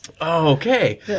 Okay